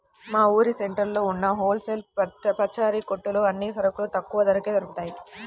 మా ఊరు సెంటర్లో ఉన్న హోల్ సేల్ పచారీ కొట్టులో అన్ని సరుకులు తక్కువ ధరకే దొరుకుతయ్